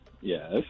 Yes